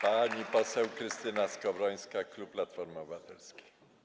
Pani poseł Krystyna Skowrońska, klub Platformy Obywatelskiej.